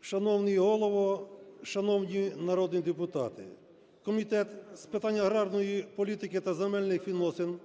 Шановний Голово, шановні народні депутати! Комітет з питань аграрної політики та земельних відносин